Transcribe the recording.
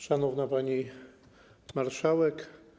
Szanowna Pani Marszałek!